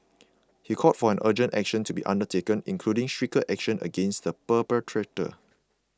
he called for an urgent action to be undertaken including stricter action against the perpetrators